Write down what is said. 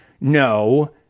no